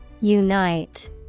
Unite